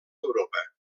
europa